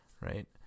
Right